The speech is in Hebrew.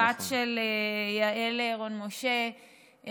נמצאת כאן הבת של יעל רון בן משה,